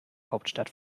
hauptstadt